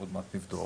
עוד מעט נבדוק.